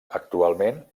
actualment